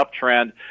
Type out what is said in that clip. uptrend